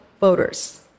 voters